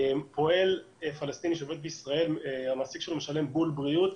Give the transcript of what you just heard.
פועל פלסטיני שעובד בישראל המעסיק שלו משלם בול בריאות,